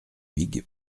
huyghe